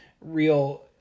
real